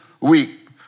Week